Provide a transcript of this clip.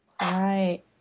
right